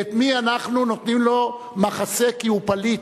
ולמי אנחנו נותנים מחסה כי הוא פליט,